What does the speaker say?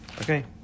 Okay